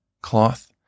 Cloth